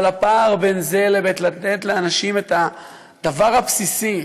אבל הפער בין זה לבין לתת לאנשים את הדבר הבסיסי,